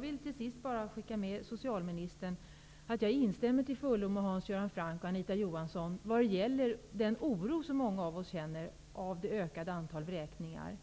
Fru talman! Jag instämmer till fullo med Hans Göran Franck och Anita Johansson i den oro de känner för det ökade antalet vräkningar.